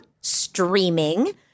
streaming